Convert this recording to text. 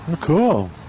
cool